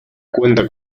cuenta